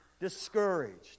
discouraged